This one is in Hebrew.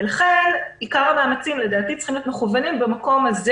לכן עיקר המאמצים לדעתי צריך להיות מכוון במקום הזה